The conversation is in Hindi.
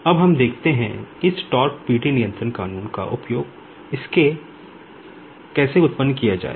अब हम देखते हैं इस PD कंट्रोल लॉ का उपयोग करके इसे कैसे उत्पन्न किया जाए